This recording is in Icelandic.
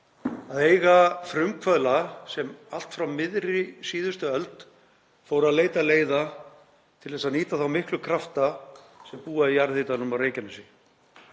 að eiga frumkvöðla sem allt frá miðri síðustu öld fóru að leita leiða til að nýta þá miklu krafta sem búa í jarðhitanum á Reykjanesskaga.